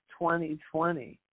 2020